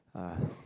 uh